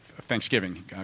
thanksgiving